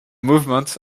movement